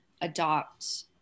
adopt